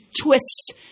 twist